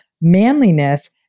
manliness